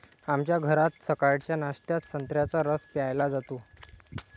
आमच्या घरात सकाळच्या नाश्त्यात संत्र्याचा रस प्यायला जातो